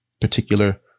particular